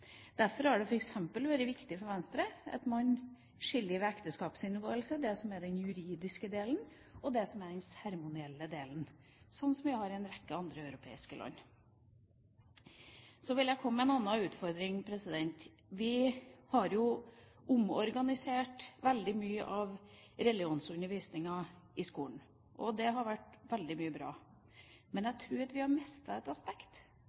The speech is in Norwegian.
vært viktig for Venstre at man ved ekteskapsinngåelse skiller mellom den juridiske delen og den seremonielle delen, sånn som det gjøres i en rekke europeiske land. Så vil jeg komme med en annen utfordring. Vi har omorganisert veldig mye av religionsundervisninga i skolen, og mye har vært bra. Men jeg tror at vi har mistet et aspekt.